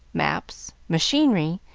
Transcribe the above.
maps, machinery,